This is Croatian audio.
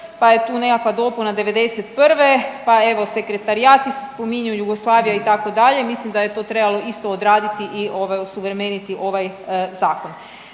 pa je tu nekakva dopuna '91., pa evo sekretarijati se spominju, Jugoslavija itd., mislim da je to trebalo isto odraditi i ovaj osuvremeniti ovaj zakon.